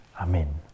Amen